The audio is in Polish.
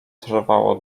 trwało